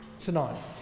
tonight